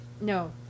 No